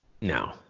No